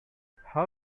how